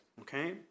okay